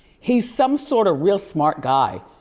he's some sort of real smart guy,